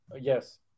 yes